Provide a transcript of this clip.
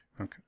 Okay